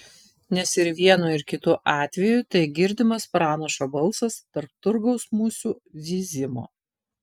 nes ir vienu ir kitu atveju tai girdimas pranašo balsas tarp turgaus musių zyzimo